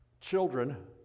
children